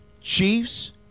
Chiefs